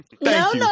No